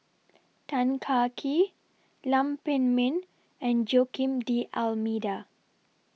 Tan Kah Kee Lam Pin Min and Joaquim D'almeida